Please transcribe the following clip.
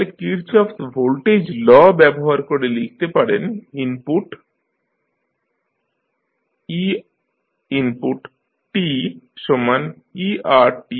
তাহলে Kirchhoff's voltage law ব্যবহার করে লিখতে পারেন ইনপুট einteRteC